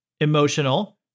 emotional